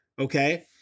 Okay